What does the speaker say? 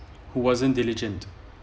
who wasn't diligent